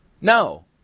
No